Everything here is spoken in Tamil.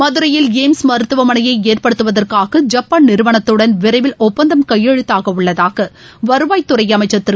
மதுரையில் எய்ம்ஸ் மருத்துவமனையை ஏற்படுத்துவதற்காக ஐப்பாள் நிறுவனத்துடன் விரைவில் ஒப்பந்தம் கையெழுத்தாக உள்ளதாக வருவாய்த்துறை அமைச்சா் திரு